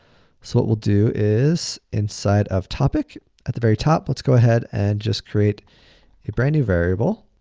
so, what we'll do is, inside of topic at the very top, let's go ahead and just create a brand new variable.